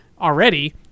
already